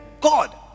God